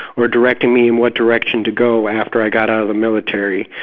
or directing me in what direction to go after i got out of the military.